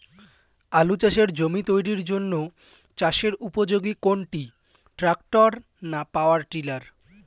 আলু চাষের জমি তৈরির জন্য চাষের উপযোগী কোনটি ট্রাক্টর না পাওয়ার টিলার?